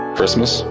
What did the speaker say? Christmas